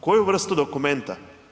Koju vrstu dokumenta?